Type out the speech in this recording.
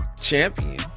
champion